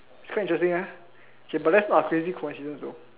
quite interesting ah okay but that's not a crazy coincidence though